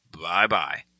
Bye-bye